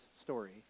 story